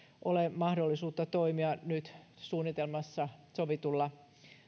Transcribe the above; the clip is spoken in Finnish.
ole mahdollisuutta toimia nyt suunnitelmassa sovitulla